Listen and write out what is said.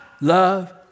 love